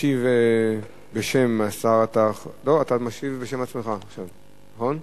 ישיב בשם השר, לא, אתה משיב בשם עצמך עכשיו, נכון?